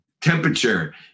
temperature